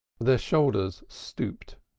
their shoulders stooped,